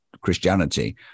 Christianity